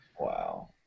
Wow